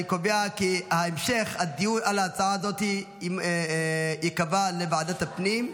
אני קובע כי הדיון על ההצעה הזאת נקבע לוועדת הפנים.